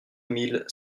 mille